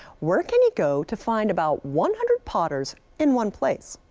where can you go to find about one hundred potters in one place?